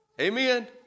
amen